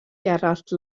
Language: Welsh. gerallt